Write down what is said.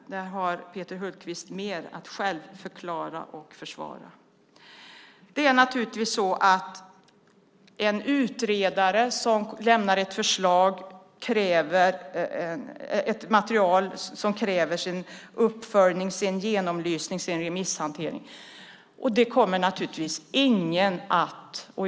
Där har Peter Hultqvist själv mer att förklara och försvara. Ett förslag som lämnas av en utredare kräver uppföljning, genomlysning och remisshantering.